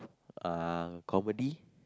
uh comedy